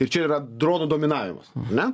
ir čia yra dronų dominavimas ane